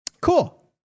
Cool